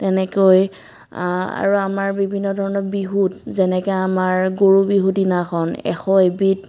তেনেকৈ আৰু আমাৰ বিভিন্ন ধৰণৰ বিহুত যেনেকৈ আমাৰ গৰু বিহু দিনাখন এশ এবিধ